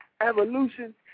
Evolution